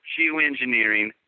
geoengineering